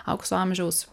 aukso amžiaus